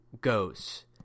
goes